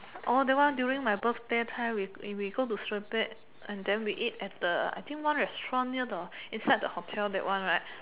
orh that one during my birthday time we we we go to and then we eat at the I think one restaurant near the inside the hotel that one right